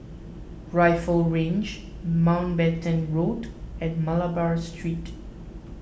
Rifle Range Mountbatten Road and Malabar Street